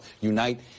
unite